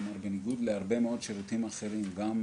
כלומר בניגוע להרבה מאוד שירותים אחרים, גם